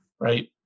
Right